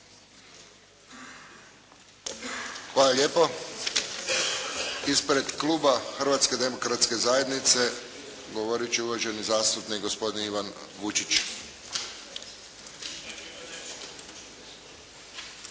Hvala lijepo. Ispred Kluba Hrvatske demokratske zajednice, govoriti će uvaženi zastupnik gospodin Ivan Vučić.